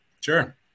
Sure